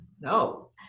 No